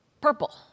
purple